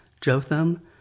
Jotham